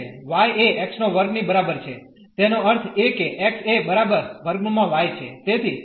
y એ x2 ની બરાબર છે તેનો અર્થ એ કે x એ બરાબર √ y છે